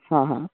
हा हा